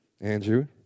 Andrew